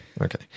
Okay